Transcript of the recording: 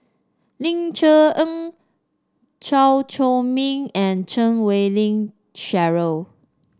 Ling Cher Eng Chew Chor Meng and Chan Wei Ling Cheryl